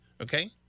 Okay